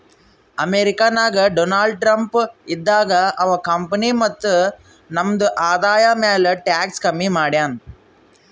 America ನಾಗ್ Donald Trump ಇದ್ದಾಗ ಅವಾ ಕಂಪನಿ ಮತ್ತ ನಮ್ದು ಆದಾಯ ಮ್ಯಾಲ ಟ್ಯಾಕ್ಸ್ ಕಮ್ಮಿ ಮಾಡ್ಯಾನ್